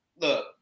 look